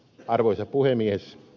arvoisa puhemies